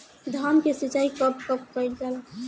धान के सिचाई कब कब कएल जाला?